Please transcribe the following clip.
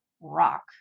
rock